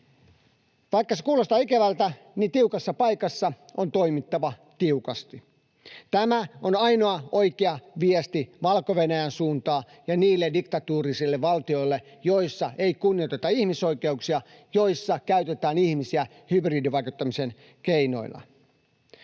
Vaikka se kuulostaa ikävältä, niin tiukassa paikassa on toimittava tiukasti. Tämä on ainoa oikea viesti Valko-Venäjän suuntaan ja niille diktatuurisille valtioille, joissa ei kunnioiteta ihmisoikeuksia, joissa käytetään ihmisiä hybridivaikuttamisen keinoina.